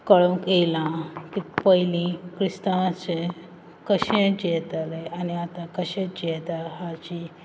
कळूंक येयलां कित पयलीं क्रिस्तांवाचे कशें जियेताले आनी आतां कशें जियेता हाजी